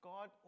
God